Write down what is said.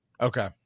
Okay